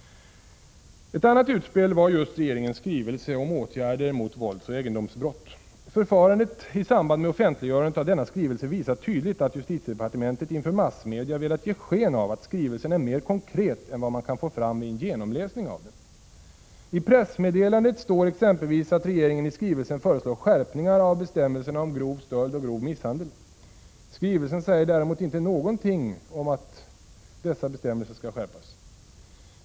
Ett annat utspel var just regeringens skrivelse om åtgärder mot våldsoch egendomsbrott. Förfarandet i samband med offentliggörandet av denna skrivelse visar tydligt att justitiedepartementet inför massmedia velat ge sken av att skrivelsen är mer konkret än vad man kan få fram vid en genomläsning av den. I pressmeddelandet står exempelvis att regeringen i skrivelsen föreslår skärpningar av bestämmelserna om grov stöld och grov misshandel. Skrivelsen säger däremot inte någonting om att dessa bestämmelser skall skärpas.